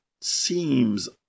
seems